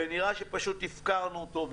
ונראה שפשוט הפקרנו אותו.